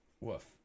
Woof